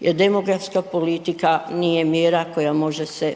jer demografska politika nije mjera koja može se